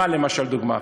דוגמה?